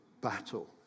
battle